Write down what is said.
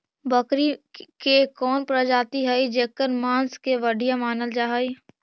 बकरी के कौन प्रजाति हई जेकर मांस के बढ़िया मानल जा हई?